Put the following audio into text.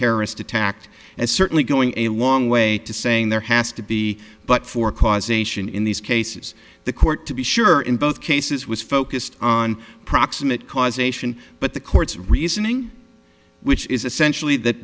terrorist attacked and certainly going a long way to saying there has to be but for causation in these cases the court to be sure in both cases was focused on proximate cause ation but the court's reasoning which is essentially that